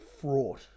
fraught